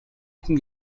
хүн